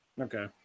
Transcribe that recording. Okay